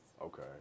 Okay